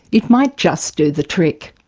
it might just do the trick.